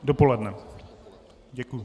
Dopoledne, děkuji.